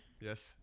Yes